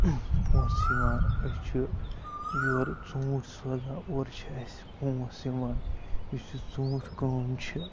پونٛسہٕ یِوان أسۍ چھِ یورٕ ژوٗنٛٹھۍ سوزان اورٕ چھِ اَسہِ پونٛس یِوان یُس یہِ ژوٗنٛٹھۍ کٲم چھِ